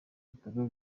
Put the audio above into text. bitaro